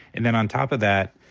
and then on top of that,